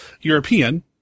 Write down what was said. European